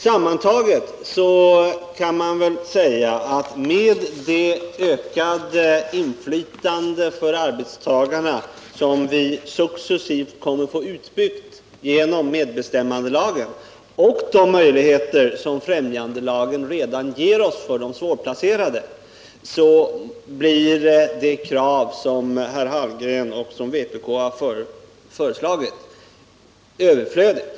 Sammantaget kan man väl säga, att med arbetstagarnas ökade inflytande, som successivt kommer att utbyggas genom medbestämmandelagen, och med de möjligheter som främjandelagen redan ger oss när det gäller de svårplacerade, blir det som vpk föreslagit överflödigt.